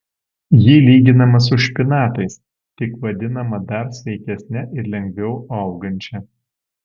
ji lyginama su špinatais tik vadinama dar sveikesne ir lengviau augančia